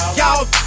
Y'all